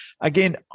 Again